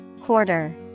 Quarter